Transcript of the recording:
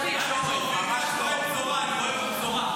אנחנו --- אנחנו עזרנו לכם להתחזק בבייס שלכם.